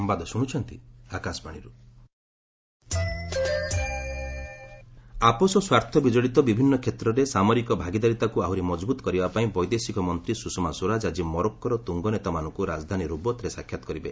Swaraj Morocco ଆପୋଷ ସ୍ୱାର୍ଥ ବିଜଡ଼ିତ ବିଭିନ୍ନ କ୍ଷେତ୍ରରେ ସାମରୀକ ଭାଗିଦାରୀତାକୁ ଆହୁରି ମଜବୁତ କରିବା ପାଇଁ ବୈଦେଶିକ ମନ୍ତ୍ରୀ ସୁଷମା ସ୍ୱରାଜ ଆଜି ମରୋକ୍କୋର ତୁଙ୍ଗ ନେତାମାନଙ୍କୁ ରାଜଧାନୀ ରୋବତ୍ରେ ସାକ୍ଷାତ କରିବେ